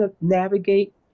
navigate